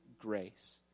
grace